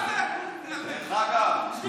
לא.